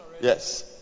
Yes